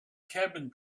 cabin